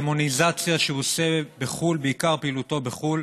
הדמוניזציה שהוא עושה בחו"ל, בעיקר בהיותו בחו"ל,